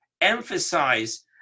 emphasize